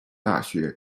大学